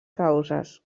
causes